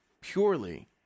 purely